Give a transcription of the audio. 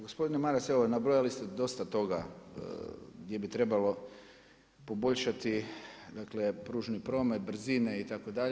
Gospodin Maras, evo nabrojali ste dosta toga gdje bi trebalo poboljšati dakle, pružni promet, brzine itd.